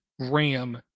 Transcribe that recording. RAM